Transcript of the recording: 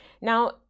Now